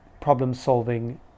problem-solving